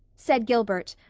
said gilbert,